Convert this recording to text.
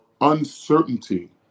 uncertainty